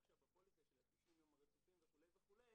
עכשיו בפוליסה של ה-90 יום הרצופים וכו' וכו',